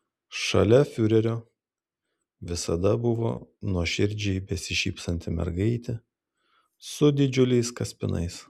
šalia fiurerio visada buvo nuoširdžiai besišypsanti mergaitė su didžiuliais kaspinais